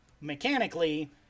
mechanically